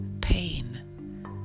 pain